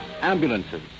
ambulances